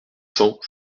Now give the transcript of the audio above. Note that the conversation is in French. cent